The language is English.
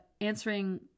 answering